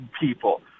people